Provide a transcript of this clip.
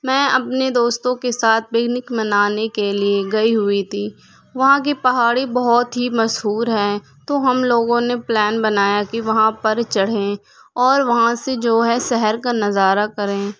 میں اپنے دوستوں کے ساتھ پکنک منانے کے لیے گئی ہوئی تھی وہاں کی پہاڑی بہت ہی مشہور ہیں تو ہم لوگوں نے پلان بنایا کہ وہاں پر چڑھیں اور وہاں سے جو ہے شہر کا نظارہ کریں